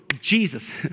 Jesus